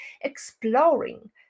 exploring